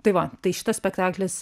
tai va tai šitas spektaklis